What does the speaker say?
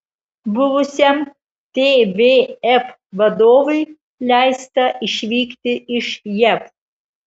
buvusiam tvf vadovui leista išvykti iš jav